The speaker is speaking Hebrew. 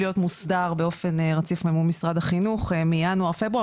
להיות מוסדר באופן רציף מול משרד החינוך מינואר פברואר